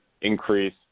increase